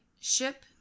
ship